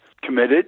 committed